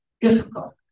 difficult